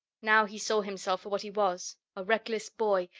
now he saw himself for what he was a reckless boy,